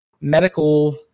medical